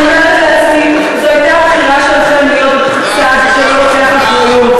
אומרת לעצמי: זו הייתה בחירה שלכם להיות צד שלא לוקח אחריות.